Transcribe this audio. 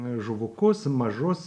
žuvukus mažus